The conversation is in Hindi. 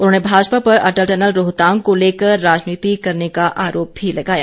उन्होंने भाजपा पर अटल टनल रोहतांग को लेकर राजनीति करने का आरोप भी लगाया